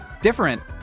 different